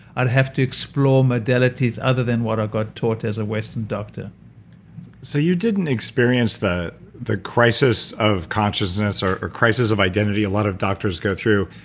ah have to explore modalities other than what i got taught as a western doctor so you didn't experience the the crisis of consciousness or or crisis of identity a lot of doctors go through.